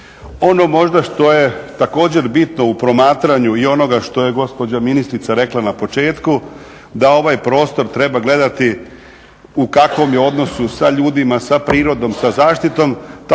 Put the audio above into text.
Ono možda što je također bitno u promatranju i onoga što je gospođa ministrica rekla na početku, da ovaj prostor treba gledati u kakvom je odnosu sa ljudima, sa prirodom, sa zaštitom